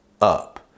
up